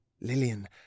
Lillian